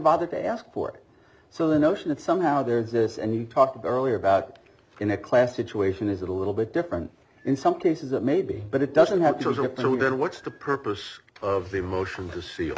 bothered to ask for it so the notion that somehow there's this and you talked earlier about in a class situation is a little bit different in some cases it may be but it doesn't have to sit through there what's the purpose of the motion to see